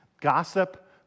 gossip